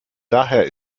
daher